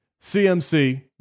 CMC